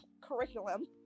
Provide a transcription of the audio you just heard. curriculum